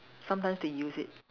sometimes they used it